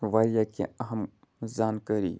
واریاہ کیٚنٛہہ أہم زانکٲری